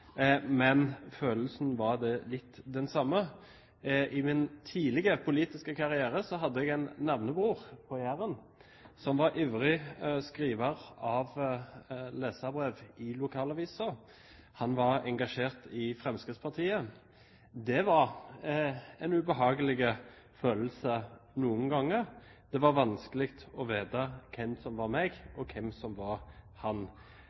men følelsen var litt den samme: I min tidlige politiske karriere hadde jeg en navnebror på Jæren som var ivrig skriver av leserbrev i lokalavisen. Han var engasjert i Fremskrittspartiet. Det var en ubehagelig følelse noen ganger. Det var vanskelig å vite hvem som var meg, og hvem som var han.